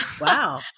Wow